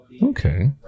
okay